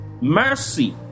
mercy